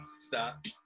stop